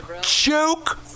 Joke